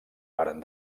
varen